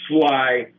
Fly